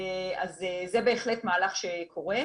זה בהחלט מהלך שקורה.